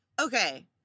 Okay